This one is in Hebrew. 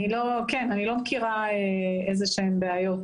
אני לא מכירה בעיות